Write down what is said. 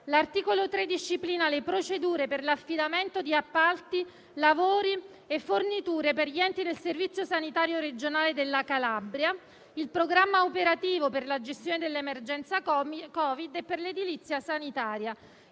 L'articolo 3 disciplina le procedure per l'affidamento di appalti, lavori e forniture per gli enti del Servizio sanitario regionale della Calabria e il programma operativo per la gestione dell'emergenza Covid e per l'edilizia sanitaria.